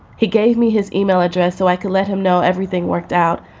he gave me his email address so i could let him know everything worked out.